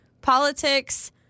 politics